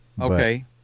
okay